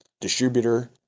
distributor